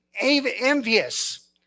envious